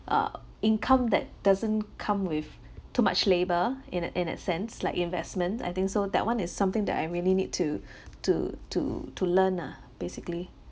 uh income that doesn't come with too much labour in a in that sense like investment I think so that one is something that I really need to to to to learn lah basically